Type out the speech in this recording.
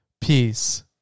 Peace